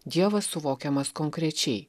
dievas suvokiamas konkrečiai